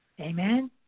Amen